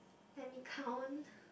let me count